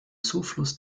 zufluss